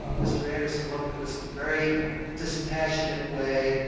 ah mr. anderson looked at this in a very dispassionate way.